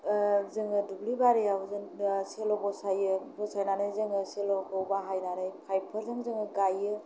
जोङो दुब्लिबारियाव जों सेल'फोरखौ बसायो बसायनानै जोङो सेल'खौ बाहायनानै पाइपफोरजों जोङो गायो